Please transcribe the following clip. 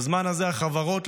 בזמן הזה החברות,